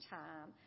time